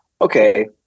okay